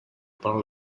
about